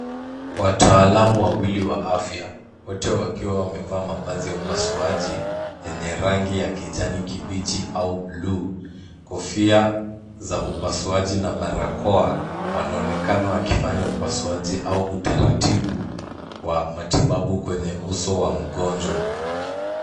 Wataalamu wawili wa afya, wote wakiwa wamevaa mavazi ya upasuaji yenye rangi ya kijani kibichi au bluu, kofia za upasuaji na barakoa wanaonekana wakifanya upasuaji au utaratibu wa matibabu kwenye uso wa mgonjwa.